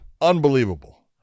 unbelievable